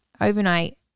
overnight